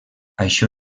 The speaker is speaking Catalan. això